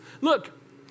Look